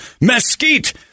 mesquite